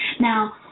Now